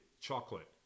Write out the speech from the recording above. chocolate